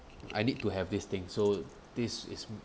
I need to have this thing so this is